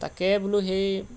তাকেই বোলো সেই